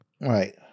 Right